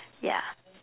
yeah